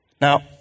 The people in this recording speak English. Now